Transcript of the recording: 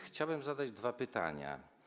Chciałbym zadać dwa pytania.